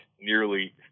nearly